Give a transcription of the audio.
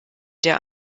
der